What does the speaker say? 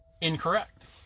incorrect